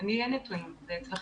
שהציגה